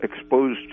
exposed